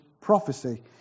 prophecy